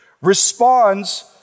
responds